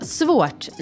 svårt